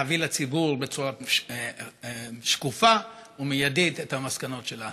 ולהביא לציבור בצורה שקופה ומיידית את המסקנות שלה.